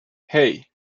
hey